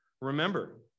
Remember